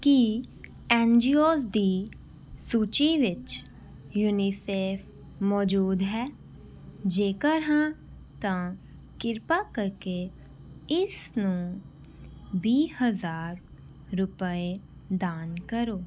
ਕੀ NGOs ਦੀ ਸੂਚੀ ਵਿੱਚ ਯੂਨੀਸੇਫ ਮੌਜੂਦ ਹੈ ਜੇਕਰ ਹਾਂ ਤਾਂ ਕਿਰਪਾ ਕਰਕੇ ਇਸਨੂੰ ਵੀਹ ਹਜ਼ਾਰ ਰੁਪਏ ਦਾਨ ਕਰੋ